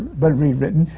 but re-written.